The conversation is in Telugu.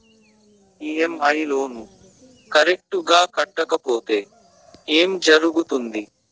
ఇ.ఎమ్.ఐ లోను కరెక్టు గా కట్టకపోతే ఏం జరుగుతుంది